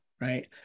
right